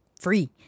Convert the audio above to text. free